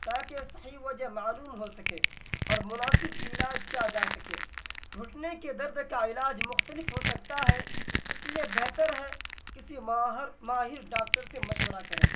تاکہ صحیح وجہ معلوم ہو سکے اور مناسب علاج کیا جا سکے گھٹنے کے درد کا علاج مختلف ہو سکتا ہے اس لیے بہتر ہے کسی ماہر ماہر ڈاکٹر سے مشورہ کریں